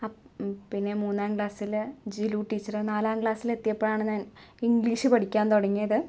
up പിന്നെ മൂന്നാം ക്ലാസ്സില് ജിലൂ ടീച്ചറ് നാലാം ക്ലാസ്സിലെത്തിയപ്പോഴാണ് ഞാൻ ഇംഗ്ലീഷ് പഠിക്കാൻ തുടങ്ങിയത്